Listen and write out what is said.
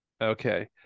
okay